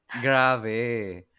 Grave